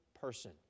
person